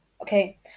okay